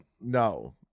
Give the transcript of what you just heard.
no